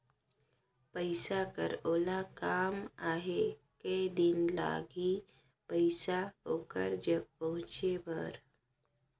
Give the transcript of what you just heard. पइसा कर ओला काम आहे कये दिन लगही पइसा ओकर जग पहुंचे बर?